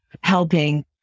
helping